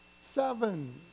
seven